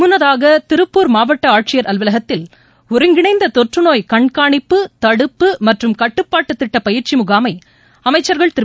முன்னதாக திருப்பூர் மாவட்ட ஆட்சியர் அலுவலகத்தில் ஒருங்கிணைந்த தொற்றுநோய் கண்காணிப்பு தடுப்பு மற்றும் கட்டுப்பாட்டுத்திட்ட பயிற்சி முகாமை அமைச்சா்கள் திரு